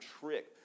trick